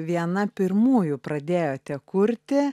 viena pirmųjų pradėjote kurti